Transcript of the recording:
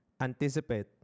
anticipate